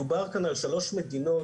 מדובר כאן על שלוש מדינות,